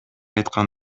айткан